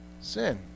sin